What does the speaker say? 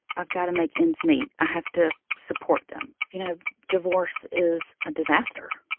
i've got to make ends meet. i have to support them. you know, divorce is a disaster.